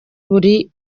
buri